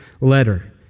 letter